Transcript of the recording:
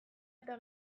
eta